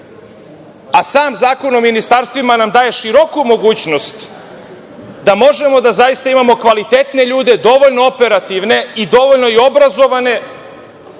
Sam Zakon o ministarstvima nam daje široku mogućnost da možemo da zaista imamo kvalitetne ljude, dovoljno operativne i dovoljno obrazovane